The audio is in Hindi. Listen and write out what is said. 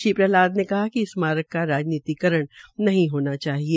श्री प्रहलाद ने कहा कि स्माकर का राजनीतिकरण नहीं होना चाहिए